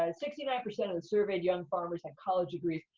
um sixty nine percent of surveyed young farmers had college degrees,